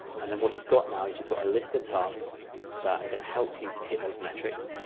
and then what you've got now is you've got a list of tasks that are going to help you to hit those metrics,